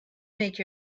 make